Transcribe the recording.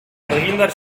argindar